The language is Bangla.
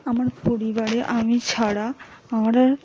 আমার পরিবারে আমি ছাড়া আমাদের